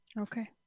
Okay